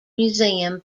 museum